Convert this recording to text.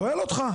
שואל אותך.